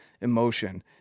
emotion